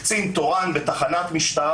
קצין תורן בתחנת משטרה,